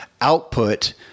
output